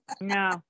No